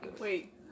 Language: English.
Wait